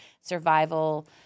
survival